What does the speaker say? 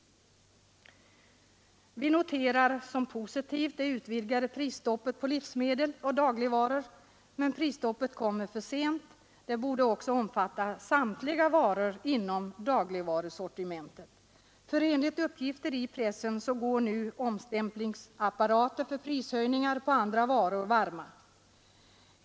Vi noterar som positivt det utvidgade prisstoppet på livsmedel och dagligvaror. Men prisstoppet kommer för sent. Det borde också omfatta samtliga varor inom dagligvarusortimentet, för enligt uppgifter i pressen går nu omstämplingsapparaterna varma för prishöjningar på andra varor.